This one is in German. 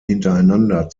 hintereinander